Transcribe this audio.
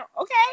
Okay